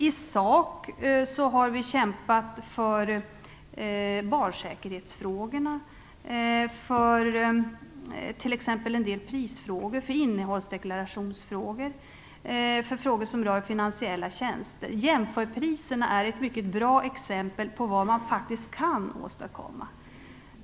I sak har vi kämpat t.ex. för barnsäkerhetsfrågorna, för en del prisfrågor, för innehållsdeklarationsfrågor och för frågor som rör finansiella tjänster. Jämförpriserna är ett mycket bra exempel på vad man faktiskt kan åstadkomma.